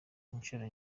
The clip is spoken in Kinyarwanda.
inshuro